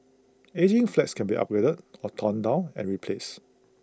ageing flats can be upgraded or torn down and replaced